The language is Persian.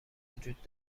وجود